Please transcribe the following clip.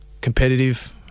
Competitive